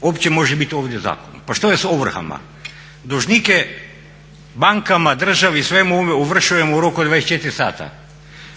uopće može biti ovdje zakonom. Pa što je s ovrhama? Dužnik je bankama, državi, svemu ovome ovršujemo u roku od 24 sata.